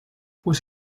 pues